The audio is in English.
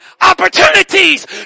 opportunities